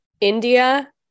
India